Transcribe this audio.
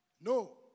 No